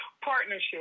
Partnership